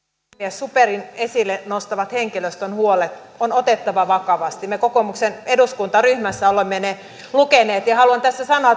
superin esille nostamat henkilöstön huolet on otettava vakavasti me kokoomuksen eduskuntaryhmässä olemme ne lukeneet ja haluan tässä sanoa